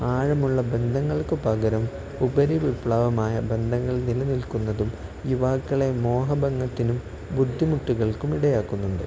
ആഴമുള്ള ബന്ധങ്ങൾക്ക് പകരം ഉപരിവിപ്ലവമായ ബന്ധങ്ങൾ നിലനിൽക്കുന്നതും യുവാക്കളെ മോഹഭംഗത്തിനും ബുദ്ധിമുട്ടുകൾക്കും ഇടയാക്കുന്നുണ്ട്